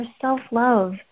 self-love